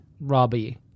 Robbie